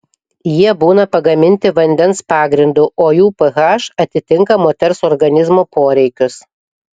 jie būna pagaminti vandens pagrindu o jų ph atitinka moters organizmo poreikius